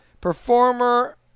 performer